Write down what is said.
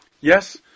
Yes